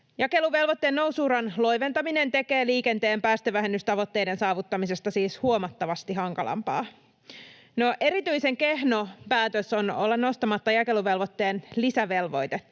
Jakeluvelvoitteen nousu-uran loiventaminen tekee liikenteen päästövähennystavoitteiden saavuttamisesta siis huomattavasti hankalampaa. No, erityisen kehno päätös on olla nostamatta jakeluvelvoitteen lisävelvoitetta.